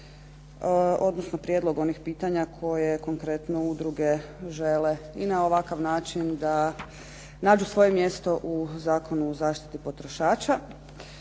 odnosno prijedlog onih pitanja koje konkretno udruge žele i na ovakav način da nađu svoje mjesto u Zakonu o zaštiti potrošača.